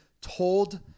told